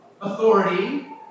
Authority